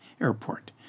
Airport